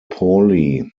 pauli